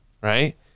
Right